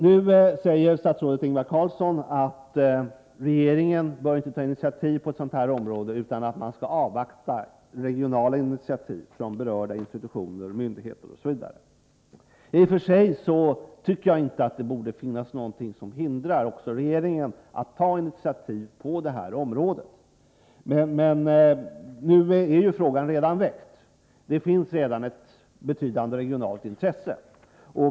Nu säger statsrådet Ingvar Carlsson att regeringen inte bör ta initiativ på detta område, utan att man skall avvakta regionala initiativ från berörda institutioner, myndigheter osv. I och för sig tycker jag inte att det finns någonting som hindrar att också regeringen tar initiativ när det gäller denna typ av verksamhet, men frågan är ju redan väckt. Det finns i dag ett betydande regionalt intresse.